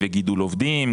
גידול עובדים,